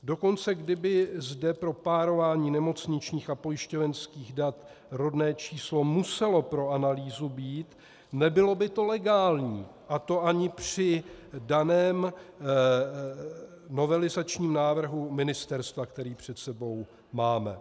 Dokonce kdyby zde pro párování nemocničních a pojišťovenských dat rodné číslo muselo pro analýzu být, nebylo by to legální, a to ani při daném novelizačním návrhu ministerstva, který před sebou máme.